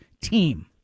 team